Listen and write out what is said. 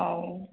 ହଉ